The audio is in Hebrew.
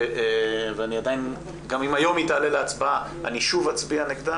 וגם אם היום היא תעלה להצבעה אני שוב אצביע נגדה.